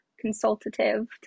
consultative